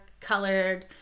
colored